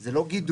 זה לא גידור.